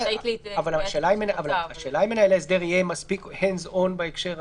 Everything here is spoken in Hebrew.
השאלה אם מנהל ההסדר יהיה מספיק hands-on בהקשר הזה.